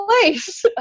place